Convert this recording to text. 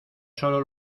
sólo